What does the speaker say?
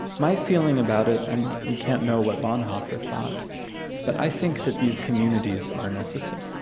my feeling about it and we can't know what bonhoeffer thought but i think that these communities are necessary.